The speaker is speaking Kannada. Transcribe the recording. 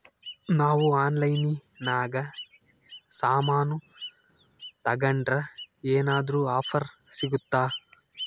ನಾವು ಆನ್ಲೈನಿನಾಗ ಸಾಮಾನು ತಗಂಡ್ರ ಏನಾದ್ರೂ ಆಫರ್ ಸಿಗುತ್ತಾ?